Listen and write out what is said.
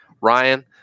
Ryan